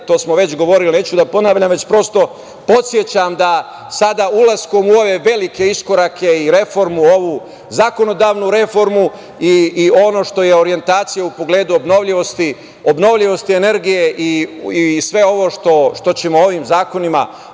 To smo već govorili, neću da ponavljam, već prosto podsećam da sada, ulaskom u ove velike iskorake i reformu ovu, zakonodavnu reformu, i ono što je orjentacija u pogledu obnovljivosti, obnovljivosti energije i sve ovo što ćemo ovim zakonima,